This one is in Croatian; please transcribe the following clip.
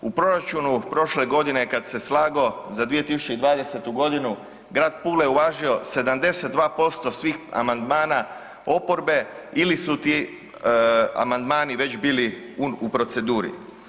U proračunu prošle godine kada se slagao za 2020. godinu grad Pula je uvažio 72% svih amandmana oporbe ili su ti amandmani već bili u proceduri.